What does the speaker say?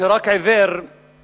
רק עיוור הוא